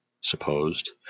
supposed